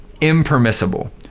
impermissible